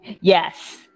Yes